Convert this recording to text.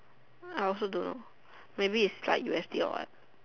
I also don't know Maybe is like u_s_d or what